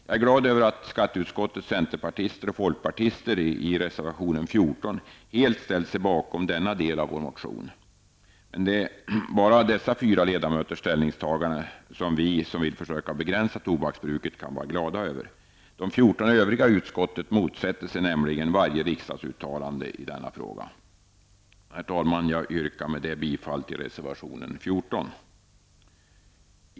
Jag är glad över att skatteutskottets centerpartister och folkpartister i reservation 14 helt ställt sig bakom denna del av vår motion. Men det är bara dessa 4 ledamöters ställningstagande som vi som vill försöka begränsa tobaksbruket kan vara glada över. De 14 övriga i utskottet motsätter sig nämligen varje riksdagsuttalande i denna fråga. Herr talman! Jag yrkar med det bifall till reservation 14.